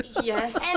yes